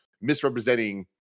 misrepresenting